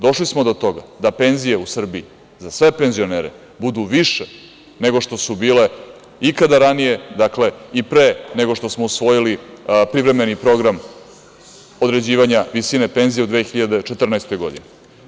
Došli smo do toga da penzije u Srbiji za sve penzionere budu više nego što su bile ikada ranije, dakle i pre nego što smo usvojili privremeni program određivanja visine penzija u 2014. godini.